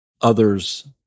others